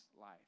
life